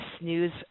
News